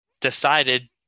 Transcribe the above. decided